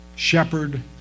Shepherd